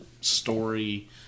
story